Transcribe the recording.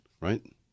Right